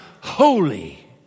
holy